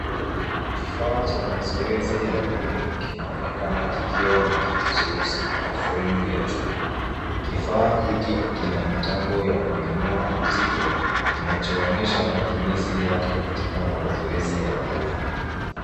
Kifaa cha mazoezi ya viungo kinaonekana kikiwa na kiti cheusi na fremu ya chuma. Kifaa hiki kina mitambo ya kuinua uzito kinachoonesha matumizi yake katika mazoezi ya nguvu.